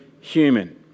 human